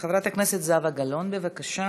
חברת הכנסת זהבה גלאון, בבקשה,